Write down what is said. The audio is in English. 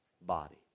body